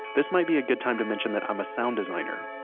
this might be a good time to mention that i'm a sound designer,